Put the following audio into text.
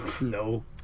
No